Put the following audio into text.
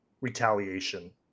retaliation